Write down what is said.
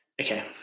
okay